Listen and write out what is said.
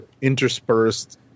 interspersed